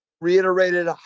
reiterated